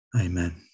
Amen